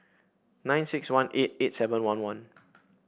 nine six one eight eight seven one one